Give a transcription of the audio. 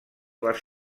les